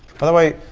by the way,